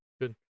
good